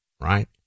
Right